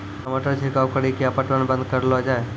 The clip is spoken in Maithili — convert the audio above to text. टमाटर छिड़काव कड़ी क्या पटवन बंद करऽ लो जाए?